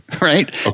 right